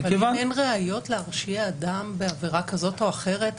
אם אין ראיות להרשיע אדם בעבירה כזאת או אחרת,